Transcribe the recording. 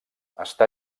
està